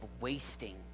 wasting